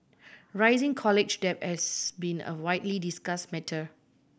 rising college debt has been a widely discussed matter